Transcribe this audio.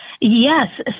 Yes